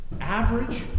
average